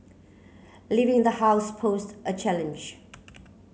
leaving the house posed a challenge